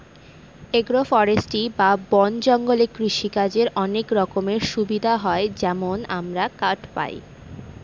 agro forestry বা বন জঙ্গলে কৃষিকাজের অনেক রকমের সুবিধা হয় যেমন আমরা কাঠ পায়